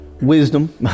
wisdom